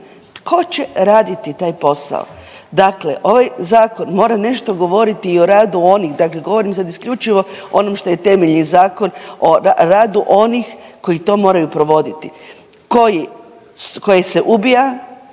tko će raditi taj posao? Dakle, ovaj zakon mora nešto govoriti i o radu onih, dakle govorim sad isključivo onom što je temelj i Zakon o radu onih koji to moraju provoditi, koji se ubija,